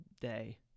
day